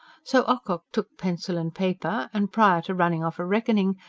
so ocock took pencil and paper, and, prior to running off a reckoning,